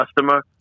customer